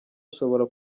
ashobora